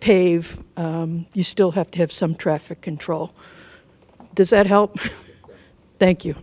pave you still have to have some traffic control does that help thank you